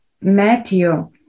Matthew